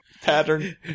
pattern